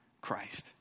Christ